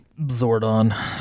Zordon